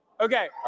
Okay